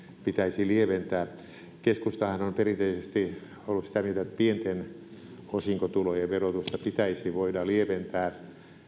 pitäisi lieventää keskustahan on perinteisesti ollut sitä mieltä että pienten osinkotulojen verotusta pitäisi voida lieventää